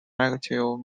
active